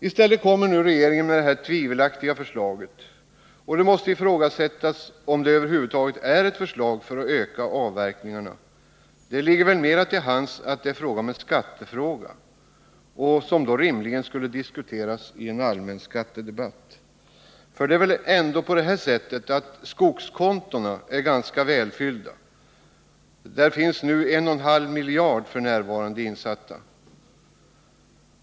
I stället kommer nu regeringen med det här tvivelaktiga förslaget. Det måste ifrågasättas om det över huvud taget är ett förslag för att öka avverkningarna. Det ligger väl närmare till hands att säga att det här gäller en skattefråga, som rimligen borde diskuteras i en allmän skattedebatt. Det är väl ändå så att skogskontona är ganska välfyllda; f. n. finns där 1,5 miljarder insatta.